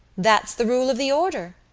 that's the rule of the order,